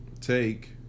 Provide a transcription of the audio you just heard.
take